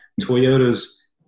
Toyota's